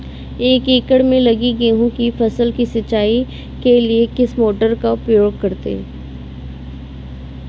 एक एकड़ में लगी गेहूँ की फसल की सिंचाई के लिए किस मोटर का उपयोग करें?